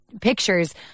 pictures